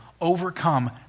overcome